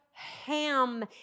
Ham